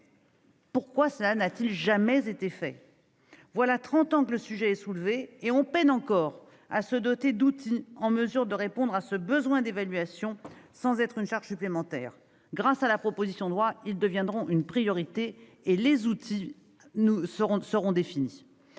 soins. Pourquoi cela n'a-t-il jamais été fait ? Voilà trente ans que le sujet est soulevé, et on peine encore à se doter d'outils susceptibles de répondre à ce besoin d'évaluation sans créer de charge supplémentaire. Grâce à la présente proposition de loi, ces outils deviendront une priorité et ils seront enfin